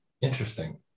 Interesting